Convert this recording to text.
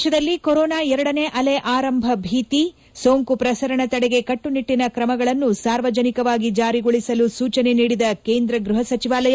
ದೇಶದಲ್ಲಿ ಕೊರೊನಾ ಎರಡನೇ ಅಲೆ ಆರಂಭ ಭೀತಿ ಸೋಂಕು ಪ್ರಸರಣ ತಡೆಗೆ ಕಟ್ಟುನಿಟ್ಟಿನ ಕ್ರಮಗಳನ್ನು ಸಾರ್ವಜನಿಕವಾಗಿ ಜಾರಿಗೊಳಿಸಲು ಸೂಚನೆ ನೀಡಿದ ಕೇಂದ್ರ ಗ್ವಹ ಸಚಿವಾಲಯ